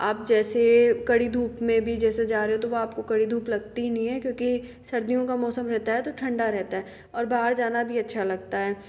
आप जैसे कड़ी धूप में भी जैसे जा रहे हो तो वो आपको कड़ी धूप लगती ही नहीं है क्योंकि सर्दियों का मौसम रहता है तो ठंडा रहता है और बाहर जाना भी अच्छा लगता है